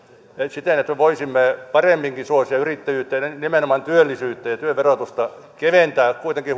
siten että voisimme paremminkin suosia yrittäjyyttä nimenomaan työllisyyttä ja työn verotusta keventää kuitenkin